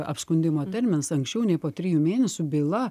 apskundimo terminas anksčiau nei po trijų mėnesių byla